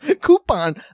Coupon